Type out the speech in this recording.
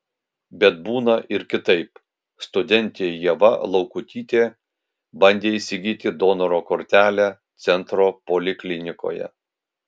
bet būna ir kitaip studentė ieva laukutytė bandė įsigyti donoro kortelę centro poliklinikoje